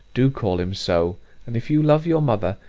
do call him so and if you love your mother,